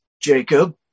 Jacob